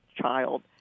child